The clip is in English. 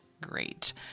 great